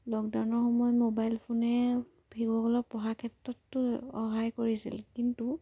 লকডাউনৰ সময়ত মোবাইল ফোনে শিশুসকলক পঢ়াৰ ক্ষেত্ৰততো সহায় কৰিছিল কিন্তু